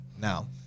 Now